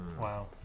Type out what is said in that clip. Wow